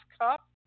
cup